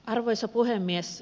arvoisa puhemies